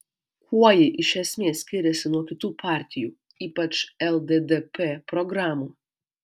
kuo ji iš esmės skiriasi nuo kitų partijų ypač lddp programų